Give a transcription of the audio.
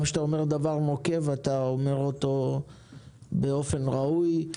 וגם כשאתה אומר דבר נוקב אתה אומר אותו באופן ראוי.